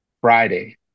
Friday